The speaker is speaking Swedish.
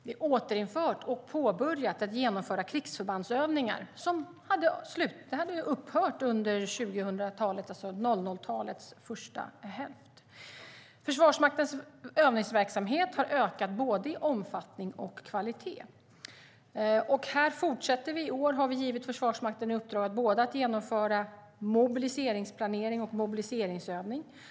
Vi har återinfört och börjat genomföra krigsförbandsövningar, vilket hade upphört under 00-talets första hälft. Försvarsmaktens övningsverksamhet har ökat både i omfattning och i kvalitet. Här fortsätter vi; i år har vi givit Försvarsmakten i uppdrag att genomföra både mobiliseringsplanering och mobiliseringsövning.